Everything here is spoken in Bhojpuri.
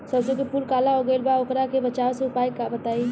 सरसों के फूल काला हो गएल बा वोकरा से बचाव के उपाय बताई?